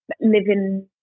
living